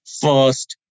first